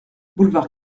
boulevard